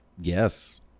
yes